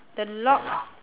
the lock